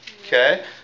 Okay